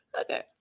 Okay